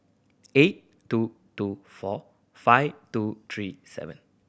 eight two two four five two three seven